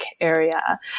area